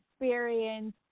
experience